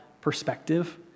perspective